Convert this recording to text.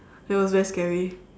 that was very scary